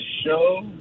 show